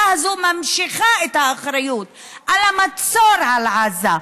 הזו ממשיכה את האחריות למצור על עזה,